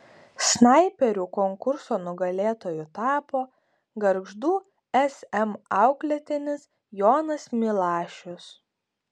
snaiperių konkurso nugalėtoju tapo gargždų sm auklėtinis jonas milašius